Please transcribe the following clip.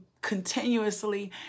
continuously